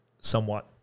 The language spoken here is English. somewhat